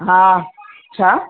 हा छा